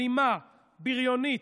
אלימה, בריונית.